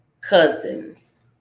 cousins